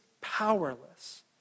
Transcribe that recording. powerless